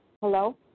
Hello